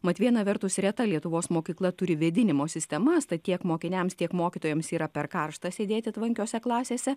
mat viena vertus reta lietuvos mokykla turi vėdinimo sistemas tad tiek mokiniams tiek mokytojams yra per karšta sėdėti tvankiose klasėse